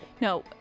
No